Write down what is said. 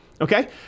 okay